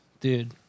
dude